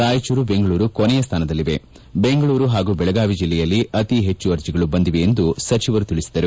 ರಾಯಚೂರು ಬೆಂಗಳೂರು ಕೊನೆಯ ಸ್ಟಾನದಲ್ಲಿವೆ ಬೆಂಗಳೂರು ಹಾಗೂ ಬೆಳಗಾವಿ ಜಿಲ್ಲೆಯಲ್ಲಿ ಅತೀ ಹೆಚ್ಚು ಅರ್ಜಿಗಳು ಬಂದಿವೆ ಎಂದು ಸಚಿವರು ತಿಳಿಸಿದರು